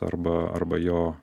arba arba jo